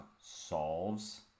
solves